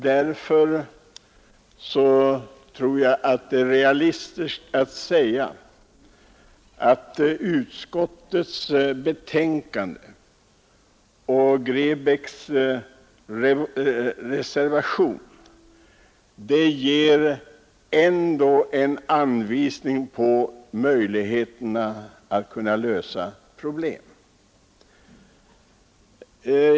Därför tror jag att det är realistiskt att säga att utskottets betänkande och herr Grebäcks reservation ändå ger en anvisning på möjligheterna att f. n. förändra problemet.